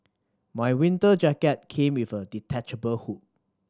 my winter jacket came with a detachable hood